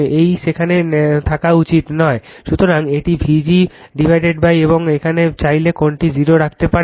এই সেখানে থাকা উচিত নয় সুতরাং এটি vg কি কল এবং এখানে চাইলে এই কোণটি 0 রাখতে পারেন